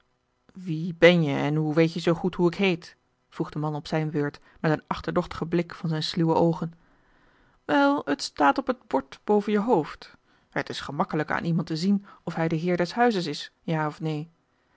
wie ben je en hoe weet je zoo goed hoe ik heet vroeg de man op zijn beurt met een achterdochtigen blik van zijn sluwe oogen wel het staat op het bord boven je hoofd het is gemakkelijk aan iemand te zien of hij de heer des huizes is ja of neen